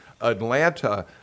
Atlanta